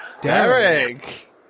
Derek